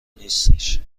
نیستش